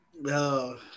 No